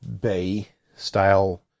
Bay-style